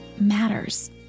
matters